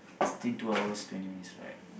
I think two hours twenty minutes right